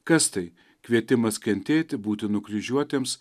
kas tai kvietimas kentėti būti nukryžiuotiems